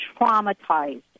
traumatized